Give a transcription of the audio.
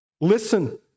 Listen